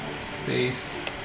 space